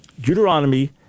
Deuteronomy